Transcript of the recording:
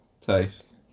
taste